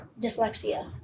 dyslexia